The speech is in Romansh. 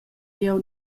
jeu